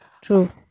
True